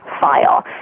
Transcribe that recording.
file